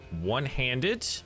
one-handed